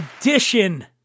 edition